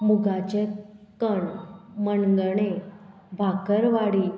मुगाचें कण मणगणें भाकरवाडी